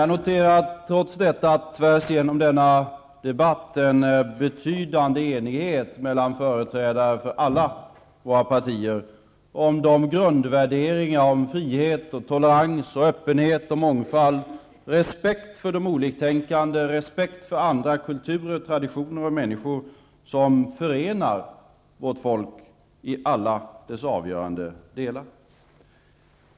Jag noterar att det i denna debatt finns en betydande enighet mellan företrädare för alla våra partier om grundvärderingar beträffande frihet, tolerans, öppenhet och mångfald, respekt för oliktänkande samt respekt för andra kulturer, traditioner och människor. I alla avgörande delar förenar detta vårt folk.